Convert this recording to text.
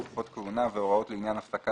תקופות כהונה והוראות לעניין הפסקת